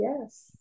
yes